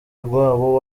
rwabo